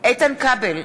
איתן כבל,